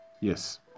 Yes